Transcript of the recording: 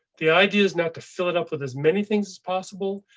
the idea is not to fill it up with as many things as possible.